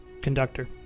conductor